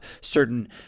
certain